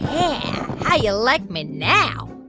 yeah. how you like me now?